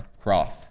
cross